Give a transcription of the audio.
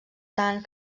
tant